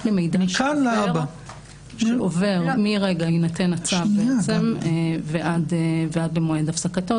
למידע שעובר מרגע יינתן הצו ועד למועד הפסקתו,